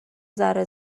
ذره